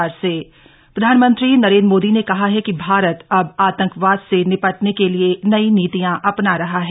PM संविधान दिवस प्रधानमंत्री नरेन्द्र मोदी ने कहा है कि भारत अब आतंकवाद से निपटने के लिए नई नीतियां अपना रहा है